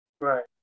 Right